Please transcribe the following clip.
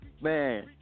Man